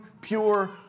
pure